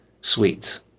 sweets